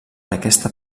aquesta